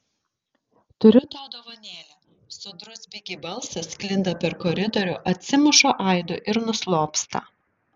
turiu tau dovanėlę sodrus bigi balsas sklinda per koridorių atsimuša aidu ir nuslopsta